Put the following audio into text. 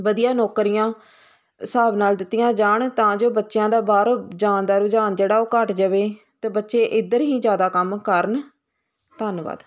ਵਧੀਆ ਨੌਕਰੀਆਂ ਹਿਸਾਬ ਨਾਲ ਦਿੱਤੀਆਂ ਜਾਣ ਤਾਂ ਜੋ ਬੱਚਿਆਂ ਦਾ ਬਾਹਰ ਜਾਣ ਦਾ ਰੁਝਾਨ ਜਿਹੜਾ ਉਹ ਘੱਟ ਜਾਵੇ ਅਤੇ ਬੱਚੇ ਇੱਧਰ ਹੀ ਜ਼ਿਆਦਾ ਕੰਮ ਕਰਨ ਧੰਨਵਾਦ